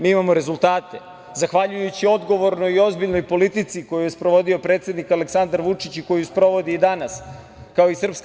Mi imamo rezultate zahvaljujući odgovornoj i ozbiljnoj politici koju je sprovodio predsednik Aleksandar Vučić i koju sprovodi i danas, kao i SNS.